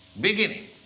beginning